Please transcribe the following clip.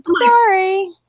Sorry